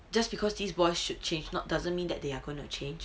just because these boys should change not doesn't mean that they are gonna change